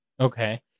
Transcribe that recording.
Okay